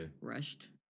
Rushed